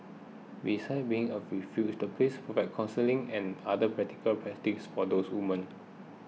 besides being a refuge the place counselling and other practical for those women